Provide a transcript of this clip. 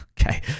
Okay